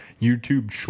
YouTube